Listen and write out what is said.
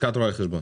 לשכת רואי החשבון.